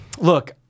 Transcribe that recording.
Look